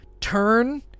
turn